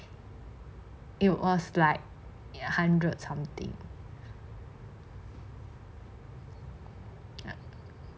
it was like hundred something